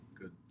good